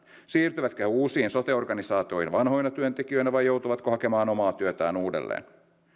siirtyvätkö he uusiin sote organisaatioihin vanhoina työntekijöinä vai joutuvatko he hakemaan omaa työtään uudelleen